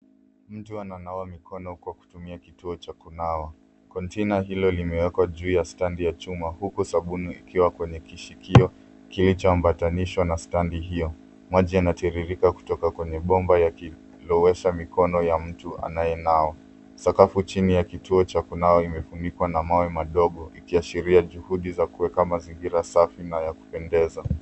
Mtu ananawa mikono kwa kutumia kituo cha kunawa. Container hilo limeekwa juu ya standi ya chuma, huku sabuni ikiwa kwenye kishikio kilichoambatanishwa na standi hio. Maji yanatiririka kutoka kwenye bomba yakilowesha mikono ya mtu anayenawa. Sakafu chini ya kituo cha kunawa imefunikwa na mawe madogo, ikiashiria juhudi za kuweka mazingira safi na ya kupendeza.